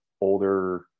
older